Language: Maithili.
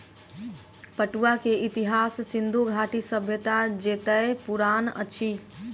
पटुआ के इतिहास सिंधु घाटी सभ्यता जेतै पुरान अछि